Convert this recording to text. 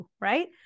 right